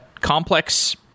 complex